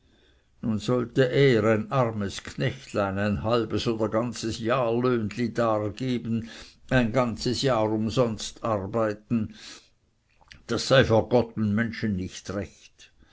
nun sollte er ein armes knechtlein ein halbes oder ganzes jahrlöhnli dargeben ein ganzes jahr umsonst arbeiten das sei vor gott und menschen nicht recht